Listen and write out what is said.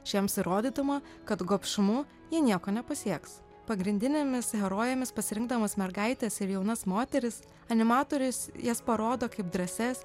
šiems įrodydama kad gobšumu ji nieko nepasieks pagrindinėmis herojėmis pasirinkdamas mergaites ir jaunas moteris animatorius jas parodo kaip drąsias